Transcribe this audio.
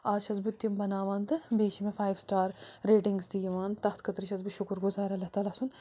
آز چھس بہٕ تِم باناوان تہٕ بیٚیہِ چھِ مےٚ فایو سِٹار ریٚٹِگٕس تہِ یِوان تَتھ خٲطرٕ چھَس بہٕ شُکر گُزار اللہ تعلیٰ سُنٛد